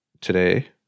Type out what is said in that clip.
today